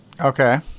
Okay